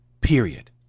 period